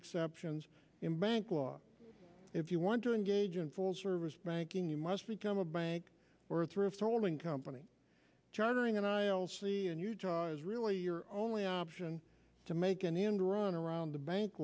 exceptions in bank law if you want to engage in full service banking you must become a bank or thrift holding company chartering a niall c and your jaw is really your only option to make an end run around the bank